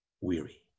weary